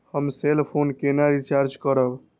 हम cell phone केना recharge करब?